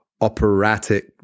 operatic